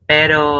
Pero